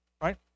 right